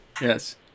Yes